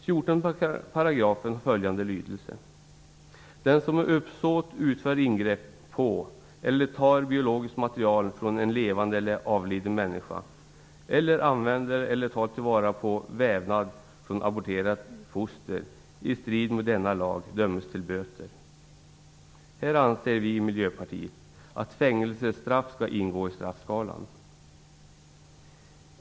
14 § har nu följande lydelse: "Den som med uppsåt utför ingrepp på eller tar biologiskt material från en levande eller avliden människa eller använder eller tar till vara vävnad från ett aborterat foster i strid med denna lag döms till böter." Här anser vi i Miljöpartiet att fängelsestraff skall ingå i straffskalan.